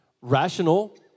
rational